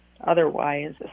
otherwise